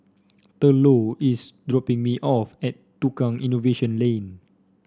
Thurlow is dropping me off at Tukang Innovation Lane